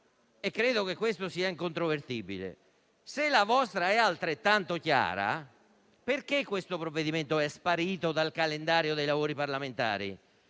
credo che questo sia incontrovertibile. Se la vostra è altrettanto chiara, perché questo provvedimento è sparito dal calendario dei lavori parlamentari